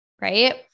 right